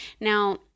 Now